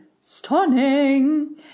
stunning